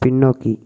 பின்னோக்கி